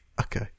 Okay